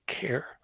care